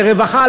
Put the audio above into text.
לרווחה,